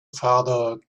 father